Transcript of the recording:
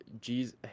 jesus